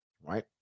Right